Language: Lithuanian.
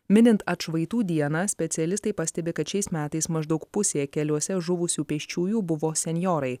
minint atšvaitų dieną specialistai pastebi kad šiais metais maždaug pusė keliuose žuvusių pėsčiųjų buvo senjorai